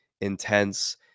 intense